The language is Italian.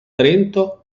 trento